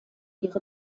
ihre